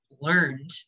learned